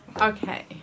Okay